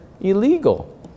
illegal